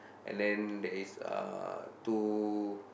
and then there is uh two